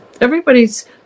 everybody's